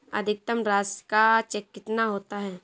अधिकतम राशि का चेक कितना होता है?